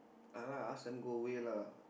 ah lah ask them go away lah